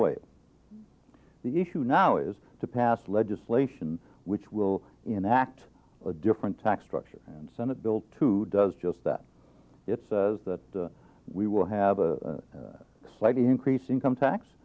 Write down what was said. way the issue now is to pass legislation which will enact a different tax structure and senate bill two does just that it's that we will have a slight increase income tax